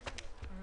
אדוני.